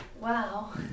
Wow